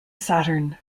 saturn